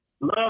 Love